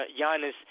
Giannis